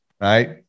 right